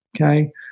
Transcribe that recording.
okay